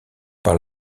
par